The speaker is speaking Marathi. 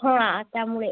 हां त्यामुळे